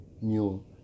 new